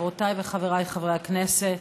חברותיי וחבריי חברי הכנסת,